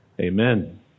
Amen